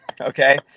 okay